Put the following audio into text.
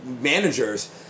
managers